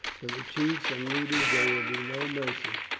for the chiefs and leaders there will be no mercy,